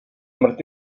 martí